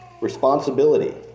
responsibility